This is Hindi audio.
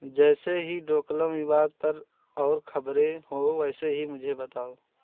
जैसे ही डोकलम विवाद पर और खबरें हों वैसे ही मुझे बताओ